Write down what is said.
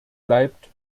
bleibt